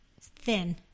thin